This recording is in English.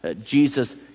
Jesus